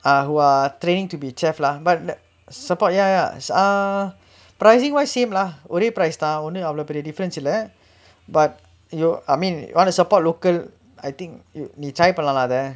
err who are training to be chef lah but support ya ya ah pricing wise same lah ஒரே:orae price தா ஒன்னு அவ்ளோ பெரிய:thaa onnu avvalo periya difference இல்ல:illa but you I mean you want to support local I think நீ:nee try பண்ணலாலா அத:pannalaalaa atha